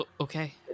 Okay